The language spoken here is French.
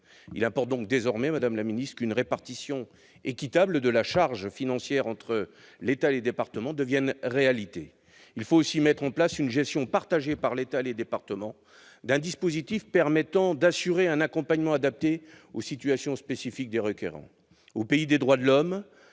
Il importe donc désormais qu'une répartition équitable de la charge financière entre l'État et les départements devienne réalité. Il faut aussi mettre en place une gestion partagée par l'État et les départements d'un dispositif permettant d'assurer un accompagnement adapté aux situations spécifiques des requérants.